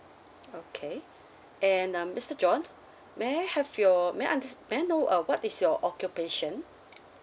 okay and uh mister john may I have your may I ans~ may I know uh what is your occupation